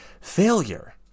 failure